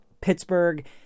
Pittsburgh